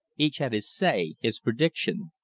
each had his say, his prediction.